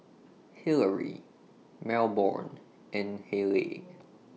Hillery Melbourne and Haleigh